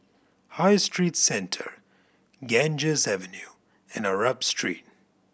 High Street Centre Ganges Avenue and Arab Street